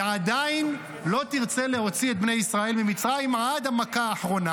ועדיין לא תרצה להוציא את בני ישראל ממצרים עד המכה האחרונה,